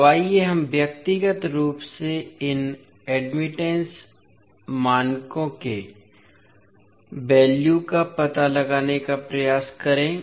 अब आइए हम व्यक्तिगत रूप से इन एडमिटेंस मानकों के वैल्यू का पता लगाने का प्रयास करें